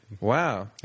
wow